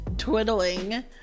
Twiddling